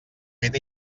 fet